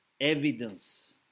evidence